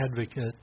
advocate